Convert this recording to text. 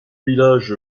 village